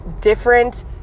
different